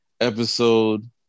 episode